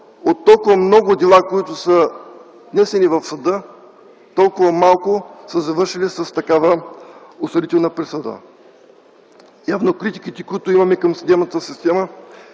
от толкова много дела, които са внесени в съда, толкова малко са завършили с осъдителна присъда? Явно критиките, които имаме към съдебната система,